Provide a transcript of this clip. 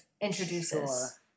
introduces